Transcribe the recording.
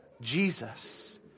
Jesus